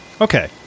Okay